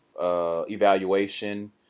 evaluation